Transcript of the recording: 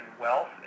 wealth